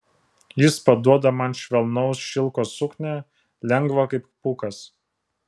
jis paduoda man švelnaus šilko suknią lengvą kaip pūkas